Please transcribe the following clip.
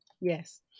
Yes